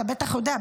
אתה בטח יודע,